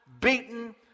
beaten